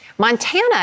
Montana